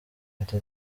ati